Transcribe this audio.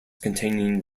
containing